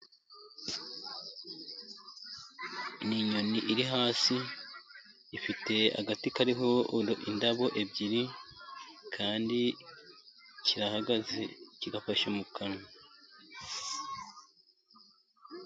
Ni inyoni iri hasi, ifite agati kariho indabo ebyiri, kandi irahagaze izifashe mu kanwa.